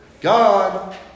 God